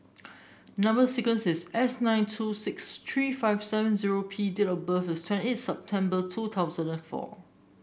number sequence is S nine two six three five seven zero P date of birth is twenty eight September two thousand and four